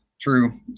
true